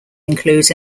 includes